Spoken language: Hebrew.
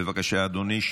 בבקשה, אדוני.